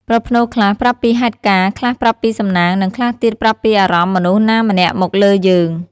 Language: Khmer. ប្រផ្នូលខ្លះប្រាប់ពីហេតុការណ៍ ខ្លះប្រាប់ពីសំណាង និងខ្លះទៀតប្រាប់ពីអារម្មណ៍មនុស្សណាម្នាក់មកលើយើង។